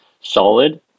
solid